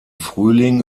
frühling